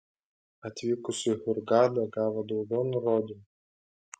atvykus į hurgadą gavo daugiau nurodymų